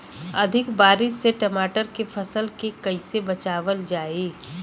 अधिक बारिश से टमाटर के फसल के कइसे बचावल जाई?